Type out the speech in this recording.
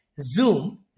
Zoom